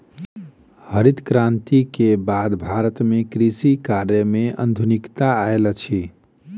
हरित क्रांति के बाद भारत में कृषि कार्य में आधुनिकता आयल अछि